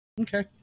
Okay